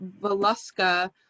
Veluska